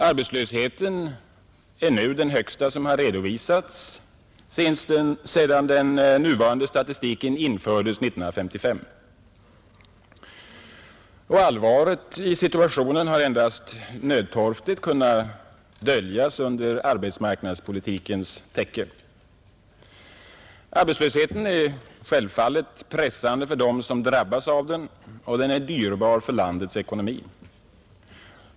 Arbetslösheten är nu den högsta som redovisats sedan nuvarande statistik infördes 1955, och allvaret i situationen har endast nödtorftigt kunnat döljas under arbetsmarknadspolitikens täcke. Arbetslösheten är självfallet pressande för dem som drabbas av den och den är dyrbar för landets ekonomi.